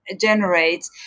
generate